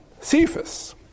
Cephas